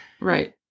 right